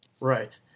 Right